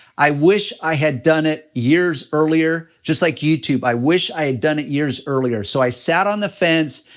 i wish i had done it years earlier. just like youtube, i wish i had done it years earlier. so i sat on the fence,